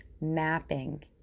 mapping